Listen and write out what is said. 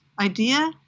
idea